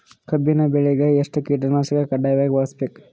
ಕಬ್ಬಿನ್ ಬೆಳಿಗ ಎಷ್ಟ ಕೀಟನಾಶಕ ಕಡ್ಡಾಯವಾಗಿ ಬಳಸಬೇಕು?